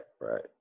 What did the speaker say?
right